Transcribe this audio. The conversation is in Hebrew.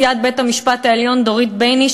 נשיאת בית-המשפט העליון דורית בייניש